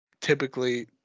typically